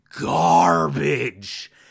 garbage